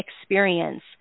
experience